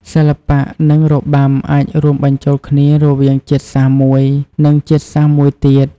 សិល្បៈ និងរបាំអាចរួមបញ្ចូលគ្នារវាងជាតិសាសមួយ និងជាតិសាសន៍មួយទៀត។